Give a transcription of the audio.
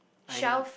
I